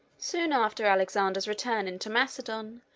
soon after alexander's return into macedon,